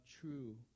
true